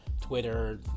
Twitter